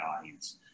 audience